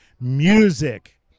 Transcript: music